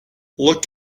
look